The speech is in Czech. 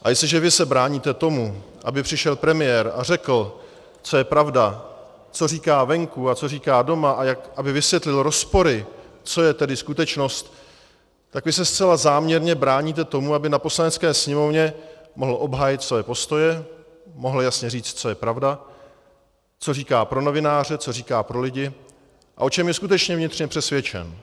A jestliže vy se bráníte tomu, aby přišel premiér a řekl, co je pravda, co říká venku a co říká doma, aby vysvětlil rozpory, co je tedy skutečnost, tak vy se zcela záměrně bráníte tomu, aby na Poslanecké sněmovně mohl obhájit svoje postoje, mohl jasně říct, co je pravda, co říká pro novináře, co říká pro lidi a o čem je skutečně vnitřně přesvědčen.